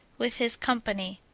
with his company.